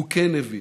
הוא כן הבין.